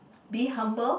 be humble